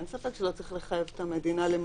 אין ספק שלא צריך לחייב את המדינה לממן,